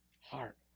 heart